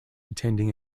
attending